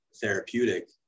therapeutic